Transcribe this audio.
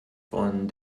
von